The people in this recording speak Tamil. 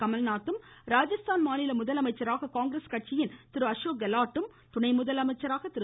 கமல்நாத்தும் ராஜஸ்தான் மாநில முதலமைச்சராக காங்கிரஸ் கட்சியின் திரு அசோக் கெலாட்டும் துணை முதலமைச்சராக திரு